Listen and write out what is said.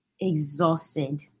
exhausted